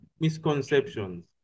misconceptions